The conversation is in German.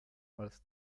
als